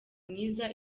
mwiza